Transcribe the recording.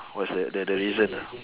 what's the the the reason ah